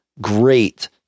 great